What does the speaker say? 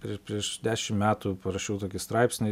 ir prieš dešim metų parašiau tokį straipsnį